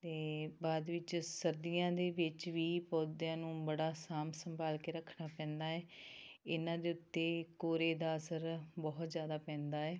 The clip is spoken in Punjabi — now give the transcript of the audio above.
ਅਤੇ ਬਾਅਦ ਵਿੱਚ ਸਰਦੀਆਂ ਦੇ ਵਿੱਚ ਵੀ ਪੌਦਿਆਂ ਨੂੰ ਬੜਾ ਸਾਂਭ ਸੰਭਾਲ ਕੇ ਰੱਖਣਾ ਪੈਂਦਾ ਹੈ ਇਹਨਾਂ ਦੇ ਉੱਤੇ ਕੋਹਰੇ ਦਾ ਅਸਰ ਬਹੁਤ ਜ਼ਿਆਦਾ ਪੈਂਦਾ ਹੈ